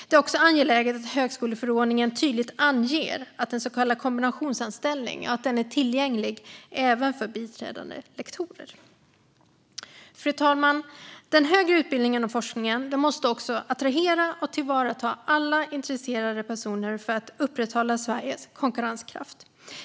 Det är också angeläget att högskoleförordningen tydligt anger att en så kallad kombinationsanställning är tillgänglig även för biträdande lektorer. Fru talman! Den högre utbildningen och forskningen måste också attrahera och tillvarata alla intresserade personer för att upprätthålla Sveriges konkurrenskraft.